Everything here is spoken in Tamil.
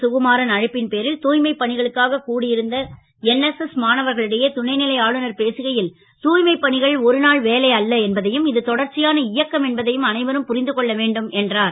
சுகுமாரன் அழைப்பின் பேரில் தூ மைப் பணிகளுக்காக கூடி ருந்த என்எஸ்எஸ் மாணவர்களிடையே துணை லை ஆளுநர் பேசுகை ல் தா மைப் பணிகள் ஒருநாள் வேலை அல்ல என்பதையும் இது தொடர்ச்சியான இயக்கம் என்பதையும் அனைவரும் புரிந்து கொள்ள வேண்டும் என்றார்